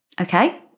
okay